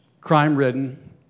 crime-ridden